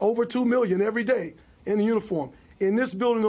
over two million every day in uniform in this building